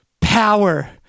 power